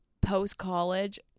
post-college